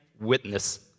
witness